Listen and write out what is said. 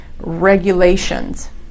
regulations